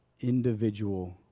individual